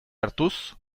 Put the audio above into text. hartuz